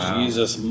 Jesus